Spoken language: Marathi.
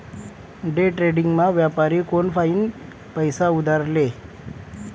डेट्रेडिंगमा व्यापारी कोनफाईन पैसा उधार ले